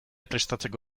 prestatzeko